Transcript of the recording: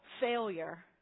failure